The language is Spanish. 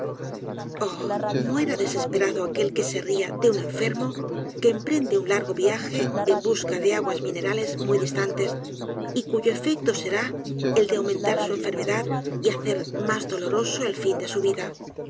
muera desesperado aquel que s e r i a de un enfermo que emprende un largo viaje en busca de aguas minerales muy distantes y cuyo efecto será el de aumentar su enfermedad y hacer mas doloroso el fin de su vida